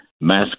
Mask